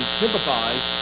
sympathize